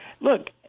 look